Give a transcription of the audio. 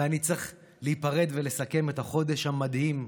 ואני צריך להיפרד ולסכם את החודש המדהים,